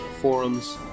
forums